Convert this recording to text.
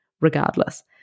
regardless